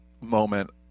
moment